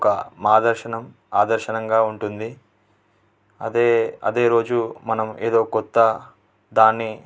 ఒక మార్గదర్శనం ఆదర్శంగా ఉంటుంది అదే అదే రోజు మనం ఏదో కొత్త దాన్ని